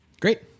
Great